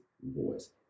voice